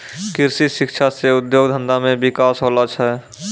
कृषि शिक्षा से उद्योग धंधा मे बिकास होलो छै